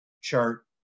chart